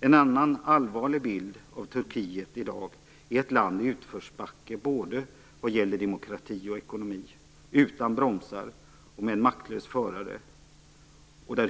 En annan allvarlig bild av Turkiet i dag är ett land i utförsbacke, både vad gäller demokrati och ekonomi, utan bromsar och med en maktlös förare.